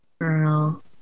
girl